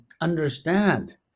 understand